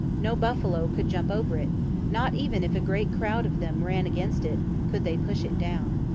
no buffalo could jump over it not even if a great crowd of them ran against it, could they push it down.